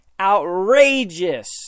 outrageous